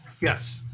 yes